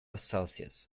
celsius